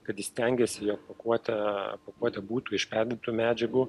kad ji stengiasi jog pakuotę pakuotė būtų iš perdirbtų medžiagų